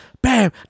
Bam